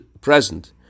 present